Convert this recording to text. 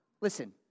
Listen